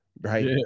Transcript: right